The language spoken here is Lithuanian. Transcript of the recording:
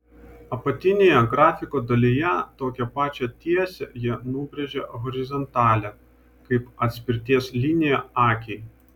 apatinėje grafiko dalyje tokią pačią tiesę jie nubrėžė horizontalią kaip atspirties liniją akiai